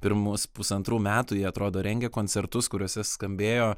pirmus pusantrų metų ji atrodo rengė koncertus kuriuose skambėjo